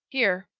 here,